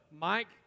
Mike